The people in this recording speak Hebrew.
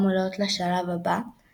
בתים של 3 נבחרות –